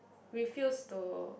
refuse to